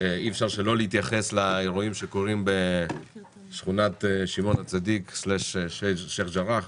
אי אפשר שלא להתייחס לאירועים שקורים בשכונת שמעון הצדיק/שייח' ג'ראח.